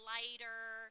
lighter